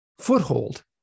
foothold